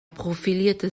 profilierte